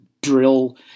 drill